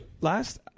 last